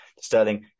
Sterling